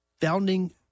founding